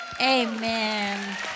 Amen